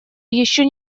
еще